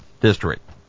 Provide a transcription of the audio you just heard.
district